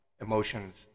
emotions